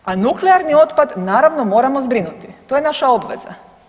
A nuklearni otpad naravno moramo zbrinuti, to je naša obveza.